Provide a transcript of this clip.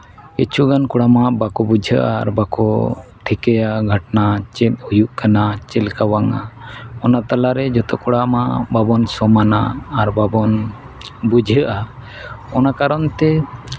ᱠᱤᱪᱷᱩᱜᱟᱱ ᱠᱚᱲᱟ ᱢᱟ ᱵᱟᱠᱚ ᱵᱩᱡᱷᱟᱹᱜᱼᱟ ᱟᱨ ᱵᱟᱠᱚ ᱴᱷᱤᱠᱟᱹᱭᱟ ᱜᱷᱚᱴᱱᱟ ᱪᱮᱫ ᱦᱩᱭᱩᱜ ᱠᱟᱱᱟ ᱪᱮᱫ ᱞᱮᱠᱟ ᱵᱟᱝᱼᱟ ᱚᱱᱟ ᱛᱟᱞᱟᱨᱮ ᱡᱚᱛᱚ ᱠᱚᱲᱟ ᱢᱟ ᱵᱟᱵᱚᱱ ᱥᱚᱢᱟᱱᱟ ᱟᱨ ᱵᱟᱵᱚᱱ ᱵᱩᱡᱷᱟᱹᱜᱼᱟ ᱚᱱᱟ ᱠᱟᱨᱚᱱ ᱛᱮ